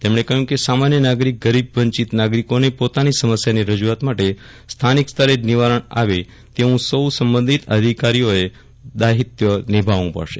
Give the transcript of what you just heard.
તેમણ કહ્યું કે સામાન્ય નાગરિક ગરીબ વંચિત નાગરિકોને પોતાની સમસ્યાની રજુઆત માટે સ્થાનિક સ્તરે જ નિવારણ આવે તેવું સૌ સંબંધિત અધિકારીઓએ દાયિત્વ નિભાવવું પડશે